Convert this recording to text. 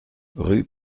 rue